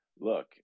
look